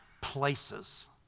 places